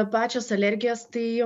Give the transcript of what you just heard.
pačios alergijos tai